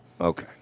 Okay